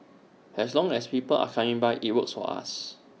as long as people are coming by IT works for us